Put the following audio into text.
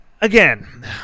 again